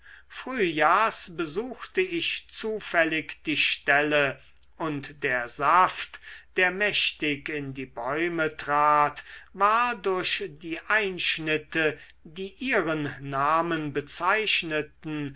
frühjahrs besuchte ich zufällig die stelle und der saft der mächtig in die bäume trat war durch die einschnitte die ihren namen bezeichneten